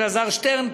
אלעזר שטרן,